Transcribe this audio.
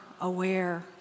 aware